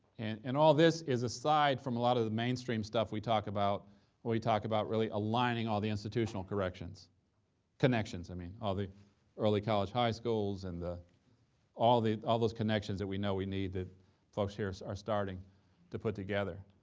and and all this is aside from a lot of the mainstream stuff we talk about when we talk about really aligning all the institutional corrections connections, i mean. all the early college, high schools, and the all the all those connections that we know we need that folks here are starting to put together.